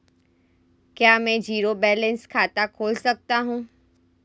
क्या मैं zero balance खाता खोल सकता हूँ?